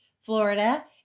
Florida